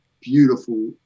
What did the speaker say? beautiful